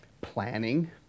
planning